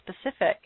specific